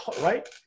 right